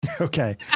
okay